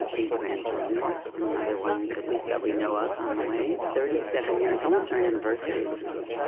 eight grandchildren, another one, at least that we know of on the way. thirty-seven years, it's almost our anniversary sweetie,